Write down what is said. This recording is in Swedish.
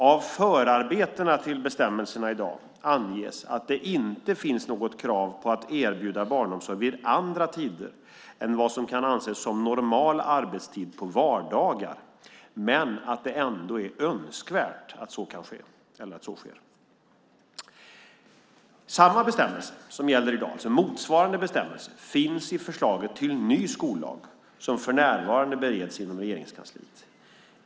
Av förarbetena till bestämmelsen i dag anges att det inte finns något krav på att erbjuda barnomsorg vid andra tider än vad som kan anses som normal arbetstid på vardagar men att det ändå är önskvärt att så sker. Motsvarande bestämmelse finns i förslaget till ny skollag som för närvarande bereds inom Regeringskansliet.